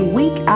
week